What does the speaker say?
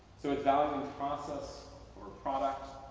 so it's value in process or product,